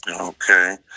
Okay